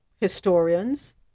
historians